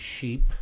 sheep